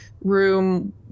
room